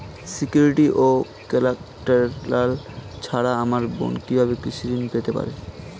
Security ও collateral ছাড়া আমার বোন কিভাবে কৃষি ঋন পেতে পারে?